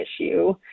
issue